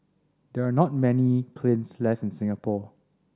there are not many kilns left in Singapore